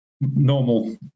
normal